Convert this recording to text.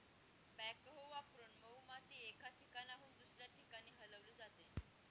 backhoe वापरून मऊ माती एका ठिकाणाहून दुसऱ्या ठिकाणी हलवली जाते